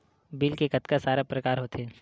Bill के कतका सारा प्रकार होथे?